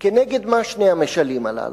כנגד מה שני המשלים הללו?